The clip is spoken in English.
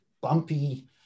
bumpy